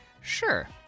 Sure